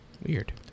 weird